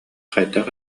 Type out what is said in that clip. хайдах